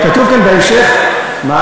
וכתוב כאן בהמשך, אבל לא הכול זה כסף.